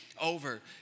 over